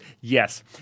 yes